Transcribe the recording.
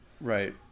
Right